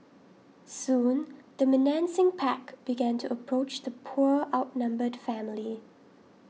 soon the menacing pack began to approach the poor outnumbered family